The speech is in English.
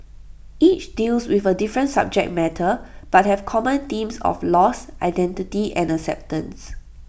each deals with A different subject matter but have common themes of loss identity and acceptance